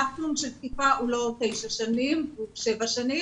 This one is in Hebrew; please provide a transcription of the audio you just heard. המקסימום של תקיפה הוא לא תשע שנים אלא הוא שבע שנים.